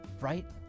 right